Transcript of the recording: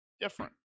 different